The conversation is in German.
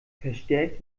verstärkt